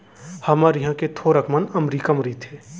हमर इहॉं के थोरक मन अमरीका म रइथें